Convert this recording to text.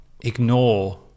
ignore